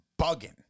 bugging